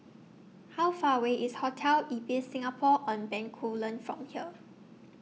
How Far away IS Hotel Ibis Singapore on Bencoolen from here